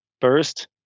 first